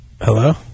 Hello